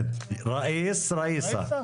ראיס וראיסה.